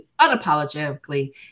unapologetically